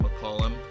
McCollum